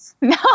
No